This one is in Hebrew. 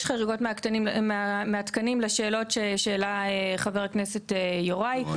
יש חריגות מהתקנים לשאלות שהעלה חבר הכנסת יוראי,